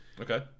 Okay